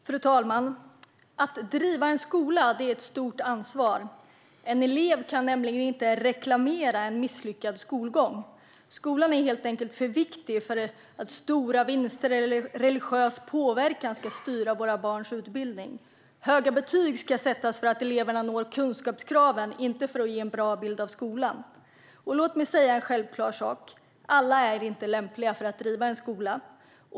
Fru talman! Att driva en skola är ett stort ansvar. En elev kan nämligen inte reklamera en misslyckad skolgång. Skolan är helt enkelt för viktig för att stora vinster eller religiös påverkan ska få styra våra barns utbildning. Höga betyg ska sättas för att eleverna når kunskapskraven, inte för att ge en bra bild av skolan. Låt mig säga en självklar sak: Alla är inte lämpliga att driva en skola.